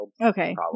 Okay